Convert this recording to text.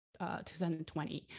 2020